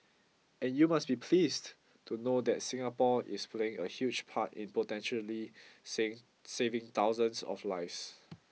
and you must be pleased to know that Singapore is playing a huge part in potentially save saving thousands of lives